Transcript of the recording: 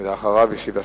אחריו ישיב השר.